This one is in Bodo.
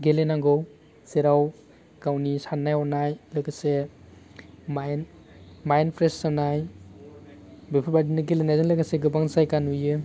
गेलेनांगौ जेराव गावनि सान्नाय हनाय लोगोसे माइन माइन फ्रेस जानाय बेफोरबायदिनो गेलेनायजों लोगोसे गोबां जायगा नुयो